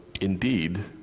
indeed